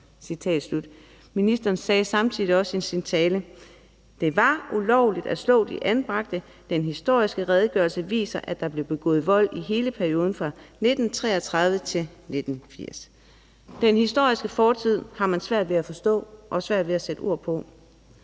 Citat slut. Ministeren sagde samtidig også i sin tale: »Det var ulovligt at slå de anbragte. Den historiske redegørelse viser, at der blev begået vold i hele perioden fra 1933 til 1980.« Den historiske fortid har man svært ved at forstå og svært ved at sætte ord på.